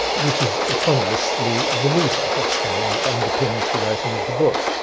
which is eponymously, the needham question, and it underpins the writing of the book.